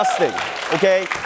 okay